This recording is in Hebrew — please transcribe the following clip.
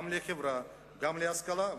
גם לחברה וגם להשכלה.